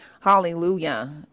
hallelujah